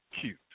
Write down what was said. cute